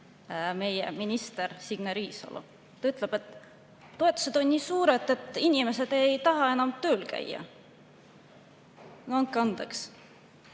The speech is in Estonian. meie minister Signe Riisalo? Ta ütleb, et toetused on nii suured, et inimesed ei taha enam tööl käia. No andke